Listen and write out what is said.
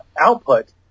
output